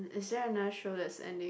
is there another show that's ending